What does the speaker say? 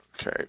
Okay